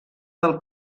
del